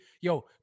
Yo